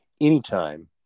anytime